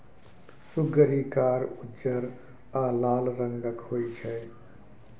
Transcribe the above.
सुग्गरि कार, उज्जर आ लाल रंगक होइ छै